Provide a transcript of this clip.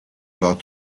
both